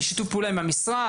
בשיתוף פעולה עם המשרד?